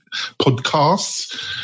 podcasts